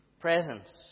presence